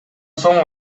соң